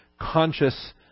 conscious